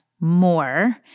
more